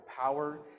power